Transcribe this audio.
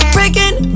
Breaking